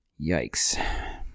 Yikes